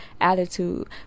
attitude